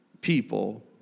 people